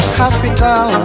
hospital